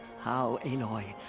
how, aloy,